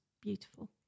beautiful